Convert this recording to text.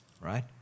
right